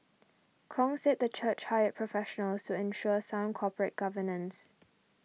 Kong said the church hired professionals to ensure sound corporate governance